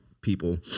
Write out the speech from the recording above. people